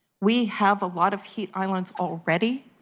we have a lot of heat islands already.